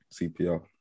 CPL